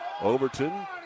Overton